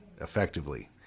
effectively